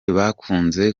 bakunze